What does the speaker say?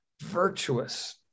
virtuous